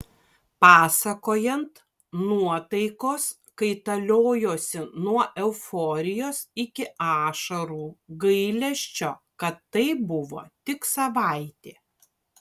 pasakojant nuotaikos kaitaliojosi nuo euforijos iki ašarų gailesčio kad tai buvo tik savaitė